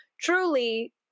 truly